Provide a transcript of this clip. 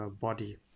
body